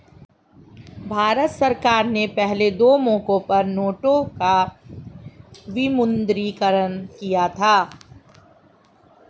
भारत सरकार ने पहले दो मौकों पर नोटों का विमुद्रीकरण किया था